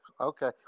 Okay